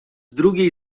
drugiej